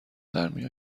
درمی